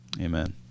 Amen